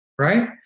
right